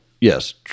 yes